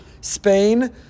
Spain